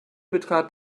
betrat